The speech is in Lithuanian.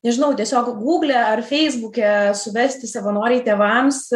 nežinau tiesiog gugle ar feisbuke suvesti savanoriai tėvams